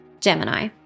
Gemini